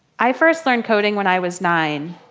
i first learned coding when i was nine.